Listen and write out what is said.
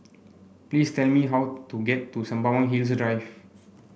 please tell me how to get to Sembawang Hills Drive